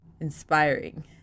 inspiring